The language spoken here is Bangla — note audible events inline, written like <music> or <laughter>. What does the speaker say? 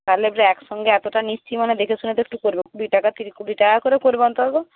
তাহলে এবারে এটা একসঙ্গে এতোটা নিচ্ছি মানে দেখে শুনে তো একটু করবে কুড়ি টাকা <unintelligible> কুড়ি টাকা করে পড়বে অন্তত